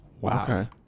Wow